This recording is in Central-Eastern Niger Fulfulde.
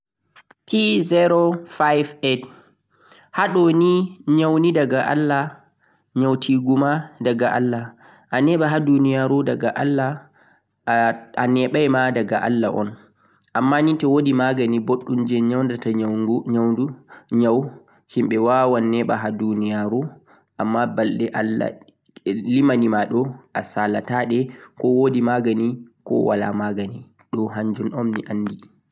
Haaɗo nii nyaunii daga Allah, nyautigu ma daga Allah, aneɓa ha duniyaru ma daga Allah, a'neɓai ma daga Allah on. Amma toh wodi magani je nyaudata nyau himɗe wawan neeɓa ha duniyaru. Amma balɗe Allah limanimaɗo asalataɗe koh wodi lekki koh wala lekki